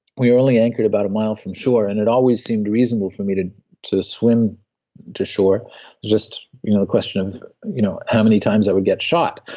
we were only anchored about a mile from shore, and it always seemed reasonable for me to to swim to shore. it's just you know a question of you know how many times i would get shot.